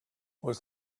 was